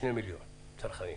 שני מיליון צרכנים.